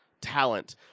talent